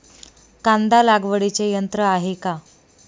कांदा लागवडीचे यंत्र आहे का?